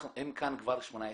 הם כאן כבר 18 שנים.